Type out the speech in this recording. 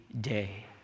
day